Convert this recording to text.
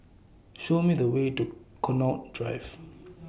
Show Me The Way to Connaught Drive